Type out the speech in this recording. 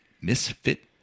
Misfit